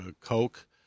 Coke